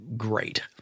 great